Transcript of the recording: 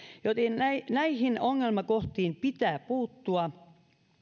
joten näihin ongelmakohtiin pitää puuttua